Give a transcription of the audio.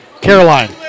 Caroline